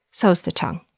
so is the tongue.